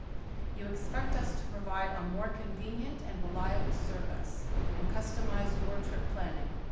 you expect us to provide a more convenient and reliable service and customize your trip planning.